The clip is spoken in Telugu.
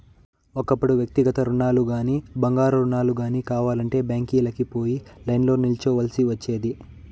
ఒకప్పుడు వ్యక్తిగత రుణాలుగానీ, బంగారు రుణాలు గానీ కావాలంటే బ్యాంకీలకి పోయి లైన్లో నిల్చోవల్సి ఒచ్చేది